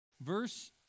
Verse